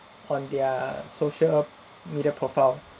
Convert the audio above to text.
on their social media profile